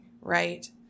right